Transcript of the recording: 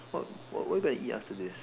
what what what are we gonna eat after this